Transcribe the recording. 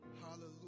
hallelujah